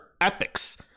epics